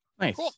Nice